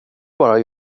bara